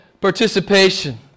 participation